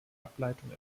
ableitung